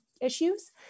issues